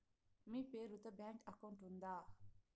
మీ పేరు తో bank account ఉందా?